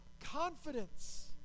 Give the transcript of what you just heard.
confidence